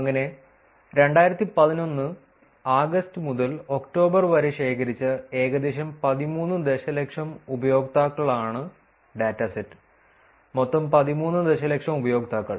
അങ്ങനെ 2011 ആഗസ്റ്റ് മുതൽ ഒക്ടോബർ വരെ ശേഖരിച്ച ഏകദേശം 13 ദശലക്ഷം ഉപയോക്താക്കളാണ് ഡാറ്റാസെറ്റ് മൊത്തം 13 ദശലക്ഷം ഉപയോക്താക്കൾ